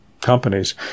companies